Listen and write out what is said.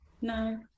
no